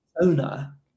owner